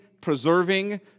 preserving